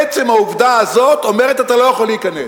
עצם העובדה הזאת אומרת: אתה לא יכול להיכנס.